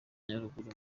nyaruguru